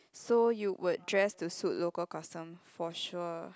so you would dress to suit local custom for sure